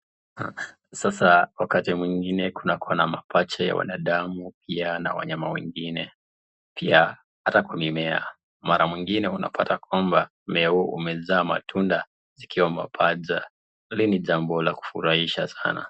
Sasa wakati mwingine kunakuwa na mapachi ya wanadamu na wanyama wengine, pia hata kwa mimea mara mwingine unapata kwamba mmea huu umezaa matunda zikiwa mapacha hili ni jambo la kufurahisha sana.